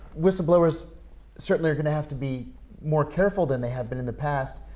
whistleblowers certainly are going to have to be more careful than they had been in the past,